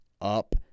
up